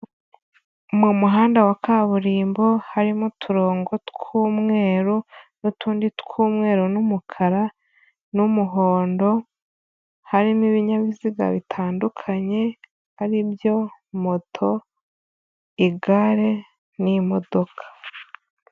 Mu muhanda wa kaburimbo harimo uturongo tw'umweru n'utundi tw'umweru n'umukara n'umuhondo, hari n'ibinyabiziga bitandukanye ari byo moto, igare n'imodoka.